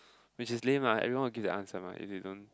which is lame lah everyone will give the answer mah if you don't